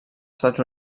estats